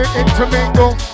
intermingle